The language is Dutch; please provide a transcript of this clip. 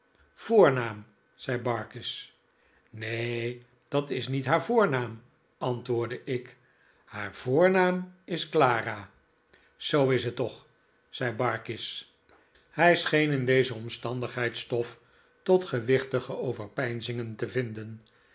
voornaam zei barkis neen dat is niet haar voornaam antwoordde ik haar voornaam is clara zoo is t toch zei barkis hij scheen in deze omstandigheid stof tot gewichtige overdenkingen te vinden